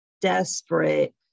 desperate